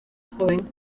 joven